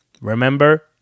Remember